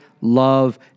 love